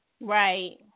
right